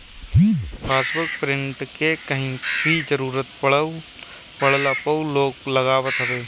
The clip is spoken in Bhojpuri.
पासबुक प्रिंट के कहीं भी जरुरत पड़ला पअ लोग लगावत हवे